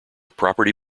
property